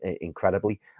incredibly